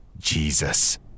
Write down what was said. Jesus